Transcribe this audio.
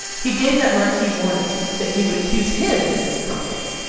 he gave that marquis warning, that he would accuse him as his accomplice!